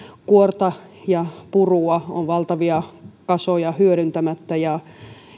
kuorta ja purua on valtavia kasoja hyödyntämättä ja